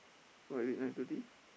why is it nine thirty